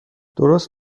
درست